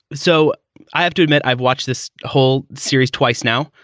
so i have to admit, i've watched this whole series twice now.